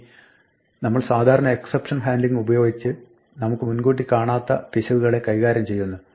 ഇനി നമ്മൾ സാധാരണ എക്സപ്ഷൻ ഹാൻഡ്ലിംഗ് ഉപയോഗിച്ച് നമുക്ക് മുൻകൂട്ടി കാണാത്ത പിശകുകളെ കൈകാര്യം ചെയ്യുന്നു